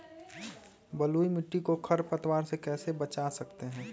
बलुई मिट्टी को खर पतवार से कैसे बच्चा सकते हैँ?